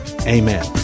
Amen